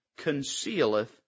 concealeth